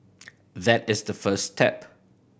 that is the first step